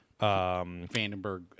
Vandenberg